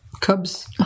cubs